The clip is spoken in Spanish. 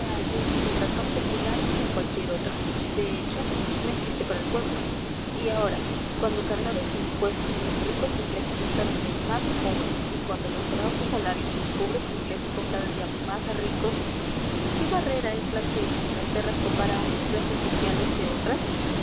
allí una letra tan popular como cualquier otra de hecho no existe para el pueblo y ahora cuando cargados de impuestos los ricos ingleses son cada día más pobres y cuando mejorados sus salarios los pobres ingleses son cada día más ricos qué barrera es la que en inglaterra separa a unas clases sociales de otras